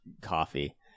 coffee